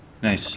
Nice